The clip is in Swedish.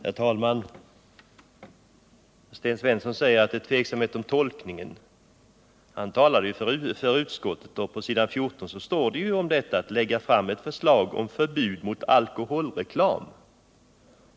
Herr talman! Sten Svensson säger att det råder tveksamhet om tolkningen. Han talade ju för utskottet, och på s. 14 i utskottsbetänkandet står att regeringen skulle ”lägga fram förslag om förbud mot alkoholreklam”.